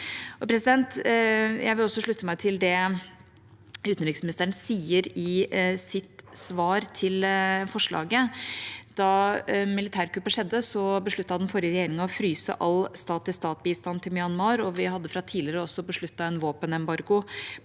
valgte. Jeg vil også slutte meg til det utenriksministeren sier i sitt svar til forslaget. Da militærkuppet skjedde, besluttet den forrige regjeringa å fryse all stat-til-stat-bistand til Myanmar, og vi hadde fra tidligere også besluttet en våpenembargo